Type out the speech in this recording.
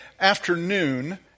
afternoon